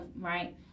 right